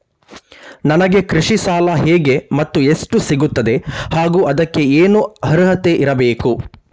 ನನಗೆ ಕೃಷಿ ಸಾಲ ಹೇಗೆ ಮತ್ತು ಎಷ್ಟು ಸಿಗುತ್ತದೆ ಹಾಗೂ ಅದಕ್ಕೆ ಏನು ಅರ್ಹತೆ ಇರಬೇಕು?